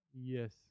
Yes